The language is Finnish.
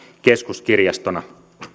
keskuskirjastona